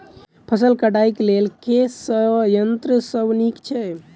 फसल कटाई लेल केँ संयंत्र सब नीक छै?